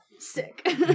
Sick